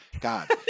God